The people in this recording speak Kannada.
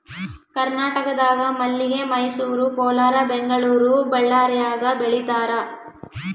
ಕರ್ನಾಟಕದಾಗ ಮಲ್ಲಿಗೆ ಮೈಸೂರು ಕೋಲಾರ ಬೆಂಗಳೂರು ಬಳ್ಳಾರ್ಯಾಗ ಬೆಳೀತಾರ